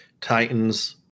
Titans